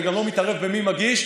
אני גם לא מתערב במי מגיש,